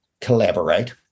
collaborate